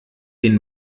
den